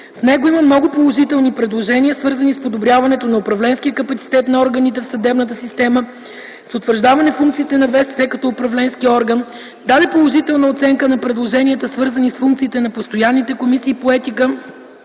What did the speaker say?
В него има много положителни предложения, свързани с подобряване на управленския капацитет на органите в съдебната система, с утвърждаване функцията на ВСС като управленски орган. Даде положителна оценка на предложенията, свързани с функциите на постоянните комисии по етика